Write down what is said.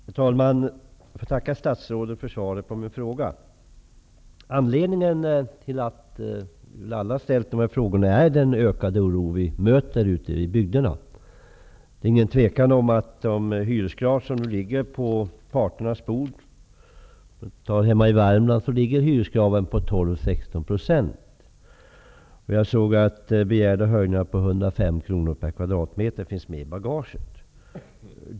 Herr talman! Jag tackar statsrådet för svaret på min fråga. Anledningen till att vi alla har ställt dessa frågor är den ökade oro som vi möter ute i bygderna. De hyreskrav som ligger på parternas bord är t.ex. för Värmland på 12--16 %, och jag såg att begärda höjningar på 105 kr per kvadratmeter finns med i bagaget.